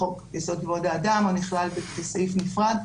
חוק-יסוד: כבוד האדם או נכלל כסעיף נפרד.